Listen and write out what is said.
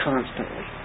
constantly